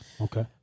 Okay